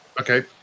okay